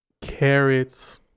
carrots